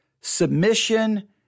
submission